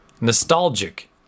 Nostalgic